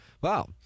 Wow